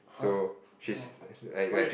so she's like like